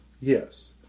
yes